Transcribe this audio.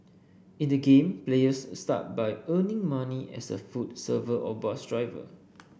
in the game players start by earning money as a food server or bus driver